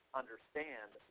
understand